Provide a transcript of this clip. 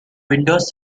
windows